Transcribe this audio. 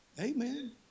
Amen